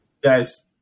guys